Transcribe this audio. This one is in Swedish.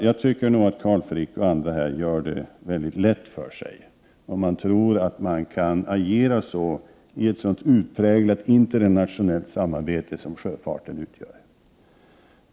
Jag tycker nog att Carl Frick och andra här gör det mycket lätt för sig, om de tror att man kan agera på det sättet i ett så utpräglat internationellt samarbete som sjöfarten utgör.